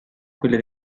quelli